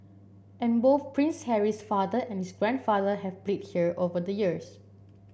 and both Prince Harry's father and his grandfather have played here over the years